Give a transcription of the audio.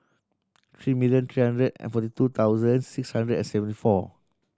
three million three hundred and forty two thousand six hundred and seventy four